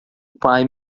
pai